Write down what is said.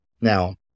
Now